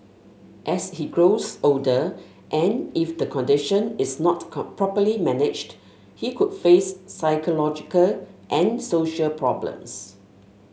as he grows older and if the condition is not properly managed he could face psychological and social problems